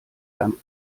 beim